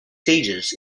stages